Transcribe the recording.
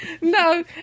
No